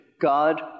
God